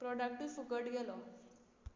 प्रोडक्टय फुकट गेलो